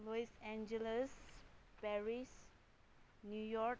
Los Angeles Paris New York